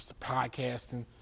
podcasting